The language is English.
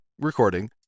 recording